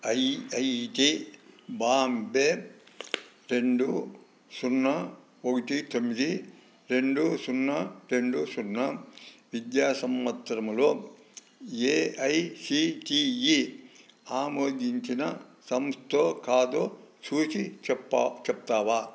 IIT Bombay రెండు సున్నా ఒకటి తొమ్మిది రెండు సున్నా రెండు సున్నా విద్యా సంవత్సరంలో ఏఐసిటిఈ ఆమోదించిన సంస్థో కాదో చూసి చెప్తావా